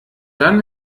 dann